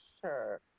sure